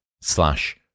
slash